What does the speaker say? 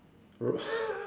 right